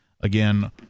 Again